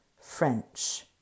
French